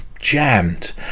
Jammed